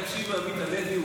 בשביל מה?